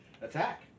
Attack